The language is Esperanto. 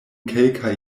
kelkaj